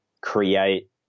create